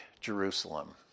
Jerusalem